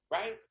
right